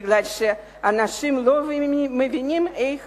מפני שאנשים לא מבינים איך